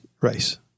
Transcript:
race